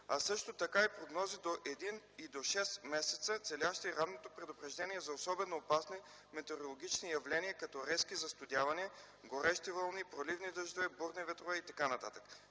а също така и прогнози до един и до шест месеца, целящи ранното предупреждение за особено опасни метеорологични явления като резки застудявания, горещи вълни, проливни дъждове, бурни ветрове и т.н.